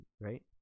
right